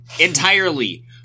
entirely